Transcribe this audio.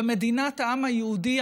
ועל מדינת העם היהודי,